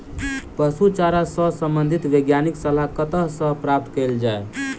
पशु चारा सऽ संबंधित वैज्ञानिक सलाह कतह सऽ प्राप्त कैल जाय?